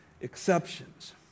exceptions